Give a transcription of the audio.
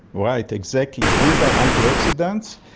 right, exactly, these are antioxidants,